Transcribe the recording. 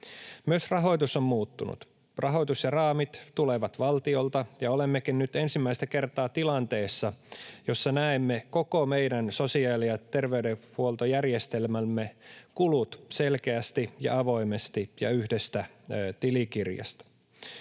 Myös rahoitus on muuttunut. Rahoitus ja raamit tulevat valtiolta, ja olemmekin nyt ensimmäistä kertaa tilanteessa, jossa näemme koko meidän sosiaali- ja terveydenhuoltojärjestelmämme kulut selkeästi ja avoimesti ja yhdestä tilikirjasta.